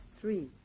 three